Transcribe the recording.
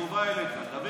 חבר הכנסת שחאדה,